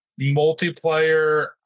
multiplayer